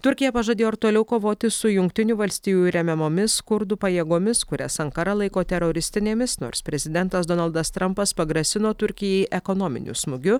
turkija pažadėjo ir toliau kovoti su jungtinių valstijų remiamomis kurdų pajėgomis kurias ankara laiko teroristinėmis nors prezidentas donaldas trampas pagrasino turkijai ekonominiu smūgiu